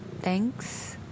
Thanks